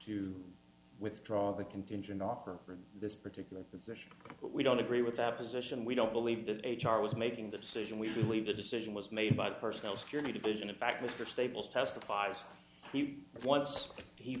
to withdraw the contingent offer from this particular position but we don't agree with that position we don't believe that h r was making the decision we believe the decision was made by the personnel security division in fact mr staples testified as he once he